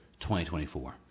2024